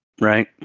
Right